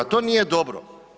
To nije dobro.